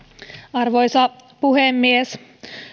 arvoisa puhemies